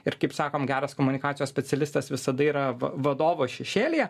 ir kaip sakom geras komunikacijos specialistas visada yra vadovo šešėlyje